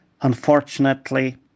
Unfortunately